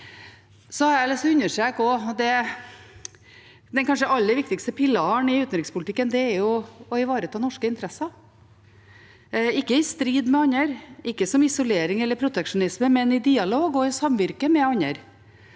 Jeg har også lyst til å understreke at den kanskje aller viktigste pilaren i utenrikspolitikken er å ivareta norske interesser – ikke i strid med andre, ikke som isolering eller proteksjonisme, men i dialog og samvirke med andre.